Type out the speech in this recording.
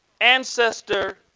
ancestor